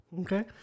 Okay